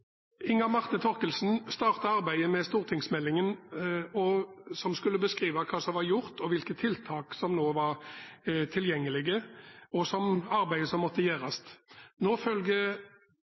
Inga Marte Thorkildsen startet arbeidet med stortingsmeldingen som skulle beskrive hva som var gjort, hvilke tiltak som var tilgjengelige, og arbeidet som måtte gjøres. Nå